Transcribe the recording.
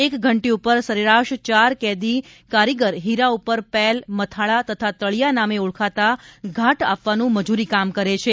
એક ઘંટી ઉપર સરેરાશ ચાર કેદી કારીગર હીરા ઉપર પેલ મથાળા તથા તળિયા નામે ઓળખાતા ઘાટ આપવાનું મજુરી કામ કરે છે